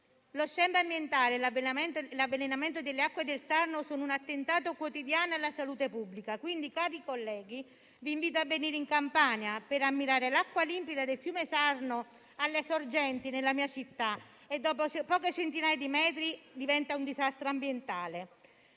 Lo scempio ambientale e l'avvelenamento delle acque del Sarno sono un attentato quotidiano alla salute pubblica. Cari colleghi, vi invito a venire in Campania per ammirare l'acqua limpida del fiume Sarno alle sorgenti nella mia città; acqua, che dopo poche centinaia di metri, diventa un disastro ambientale.